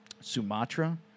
Sumatra